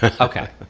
Okay